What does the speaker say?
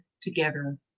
together